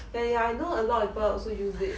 ya ya ya I know a lot of people also use it